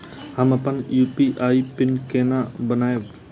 हम अपन UPI PIN केना बनैब?